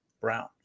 Brown